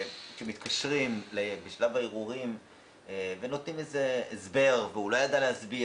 כשמתקשרים בשלב הערעורים ונותנים הסבר אולי אותו אדם לא ידע להסביר